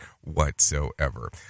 whatsoever